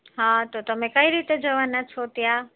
હા તો તમે કઈ રીતે જવાના છો ત્યાં